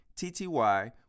TTY